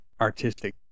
artistic